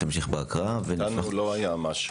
לנו לא היה משהו.